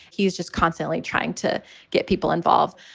he's just constantly trying to get people involved.